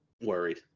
worried